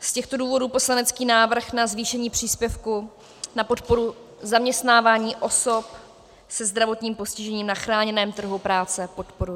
Z těchto důvodů poslanecký návrh na zvýšení příspěvku na podporu zaměstnávání osob se zdravotním postižením na chráněném trhu práce podporuji.